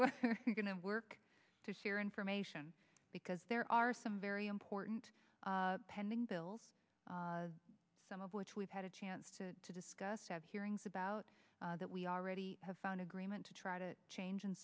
example going to work to share information because there are some very important pending bills some of which we've had a chance to discuss have hearings about that we already have found agreement to try to change and